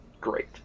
great